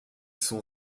sont